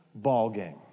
ballgame